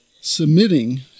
submitting